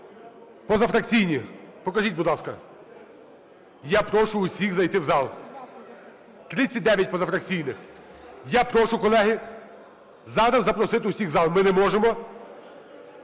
позафракційні… Покажіть, будь ласка. Я прошу всіх зайти в зал. 39 позафракційних. Я прошу, колеги, зараз запросити всіх у зал. Ми не можемо